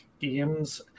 games